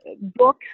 book